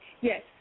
Yes